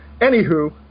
anywho